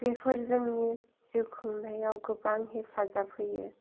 बेफोर जोंनि जिउ खुंनायाव गोबां हेफाजाब होयो